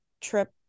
trip